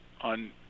on